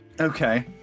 Okay